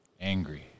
Angry